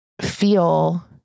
feel